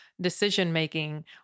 decision-making